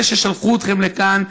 אלה ששלחו אתכם לכאן,